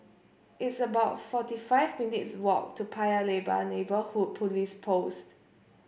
it's about forty five minutes' walk to Paya Lebar Neighbourhood Police Post